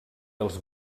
els